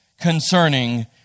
concerning